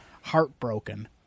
heartbroken